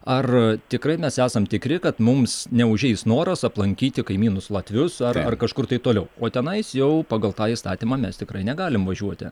ar tikrai mes esam tikri kad mums neužeis noras aplankyti kaimynus latvius ar ar kažkur tai toliau o tenais jau pagal tą įstatymą mes tikrai negalim važiuoti